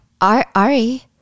Ari